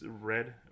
Red